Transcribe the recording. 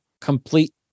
complete